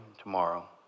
tomorrow